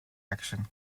action